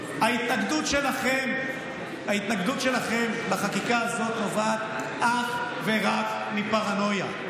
ההתנגדות שלכם לחקיקה הזאת נובעת אך ורק מפרנויה.